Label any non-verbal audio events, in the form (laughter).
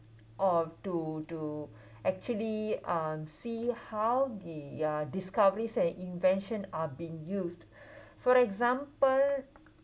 or to to (breath) actually uh see how the uh discoveries and invention are being used (breath) for example